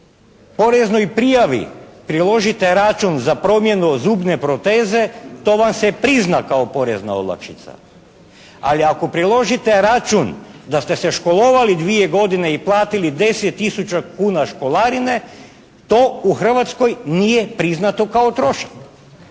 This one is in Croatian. poreznoj prijavi priložite račun za promjenu zubne proteze to vam se prizna kao porezna olakšica. Ali ako priložite račun da ste se školovali dvije godine i platili 10000 kuna školarine to u Hrvatskoj nije priznato kao trošak.